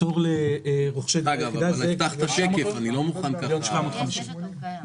הפטור לרוכשי דירה ראשונה הוא 1,750 מיליון.